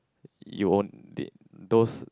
you on~ they those